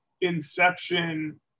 inception